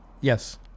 yes